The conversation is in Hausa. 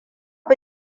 fi